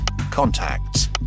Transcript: contacts